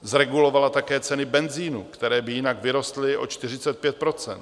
Zregulovala také ceny benzinu, které by jinak vyrostly o 45 %.